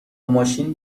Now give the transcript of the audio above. ماشین